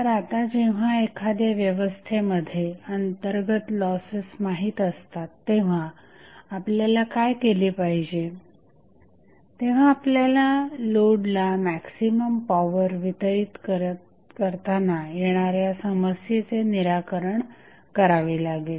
तर आता जेव्हा एखाद्या व्यवस्थेमध्ये अंतर्गत लॉसेस माहित असतात तेव्हा आपल्याला काय केले पाहिजे तेव्हा आपल्याला लोडला मॅक्झिमम पॉवर वितरित करताना येणाऱ्या समस्येचे निराकरण करावे लागेल